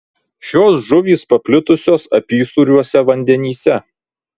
šios žuvys paplitusios apysūriuose vandenyse